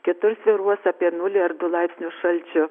kitur svyruos apie nulį ar du laipsnius šalčio